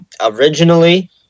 originally